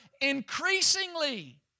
increasingly